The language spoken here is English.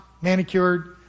manicured